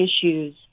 issues